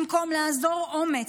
במקום לאזור אומץ,